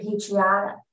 patriotic